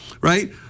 right